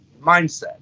mindset